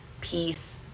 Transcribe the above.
peace